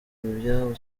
ibyabo